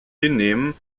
hinnehmen